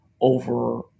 over